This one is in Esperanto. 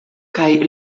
kaj